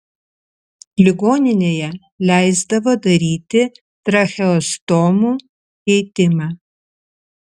ligoninėje leisdavo daryti tracheostomų keitimą